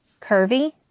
curvy